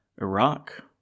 Iraq